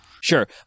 sure